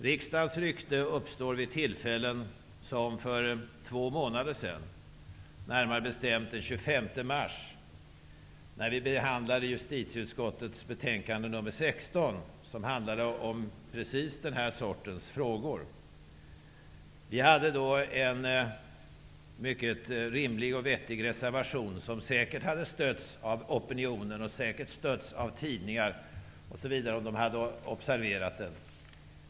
Riksdagens rykte skapas nämligen vid tillfällen som för två månader sedan, närmare bestämt den 25 mars, när just den här sortens frågor behandlades i justitieutskottets betänkande nr 16. Vi hade då en mycket rimlig och vettig reservation, som säkert hade stötts av opinionen och av tidningar m.fl. om de hade observerat den.